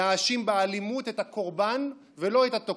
להאשים באלימות את הקורבן ולא את התוקף.